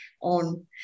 on